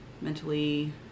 mentally